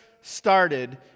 started